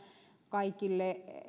kaikille